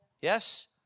Yes